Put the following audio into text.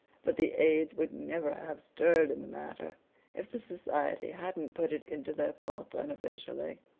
but the aids would never have stirred in the matter if the society hadn't put it into their thoughts unofficially.